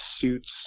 suits